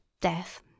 death